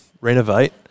renovate